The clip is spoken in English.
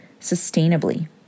sustainably